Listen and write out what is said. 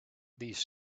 these